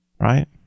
right